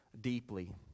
deeply